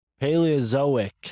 Paleozoic